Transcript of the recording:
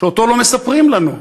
שעליו לא מספרים לנו,